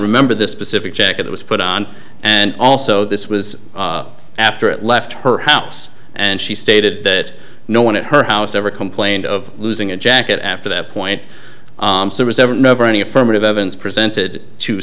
remember the specific jacket it was put on and also this was after it left her house and she stated that no one at her house ever complained of losing a jacket after that point there was ever never any affirmative evidence presented to